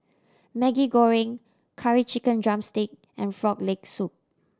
Maggi Goreng Curry Chicken drumstick and Frog Leg Soup